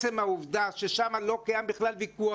עצם העובדה ששם לא קיים בכלל ויכוח,